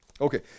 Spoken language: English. okay